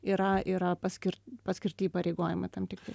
yra yra paskir paskirti įpareigojimai tam tikri